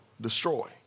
destroy